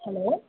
hello